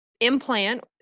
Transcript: implant